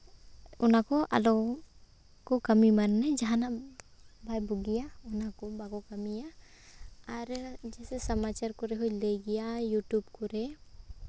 ᱚᱱᱟ ᱠᱚ ᱟᱞᱚ ᱠᱚ ᱠᱟᱹᱢᱤ ᱢᱟ ᱡᱟᱦᱟᱱᱟᱜ ᱵᱟᱭ ᱵᱩᱜᱤᱭᱟ ᱚᱱᱟ ᱠᱚ ᱵᱟᱠᱚ ᱠᱟᱹᱢᱤᱭᱟ ᱟᱨ ᱡᱮᱭᱥᱮ ᱥᱟᱢᱟᱪᱟᱨ ᱠᱚᱨᱮ ᱦᱚᱸᱭ ᱞᱟᱹᱭ ᱜᱮᱭᱟ ᱤᱭᱩᱴᱩᱵᱽ ᱠᱚᱨᱮ